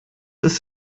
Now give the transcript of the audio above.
ist